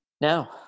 Now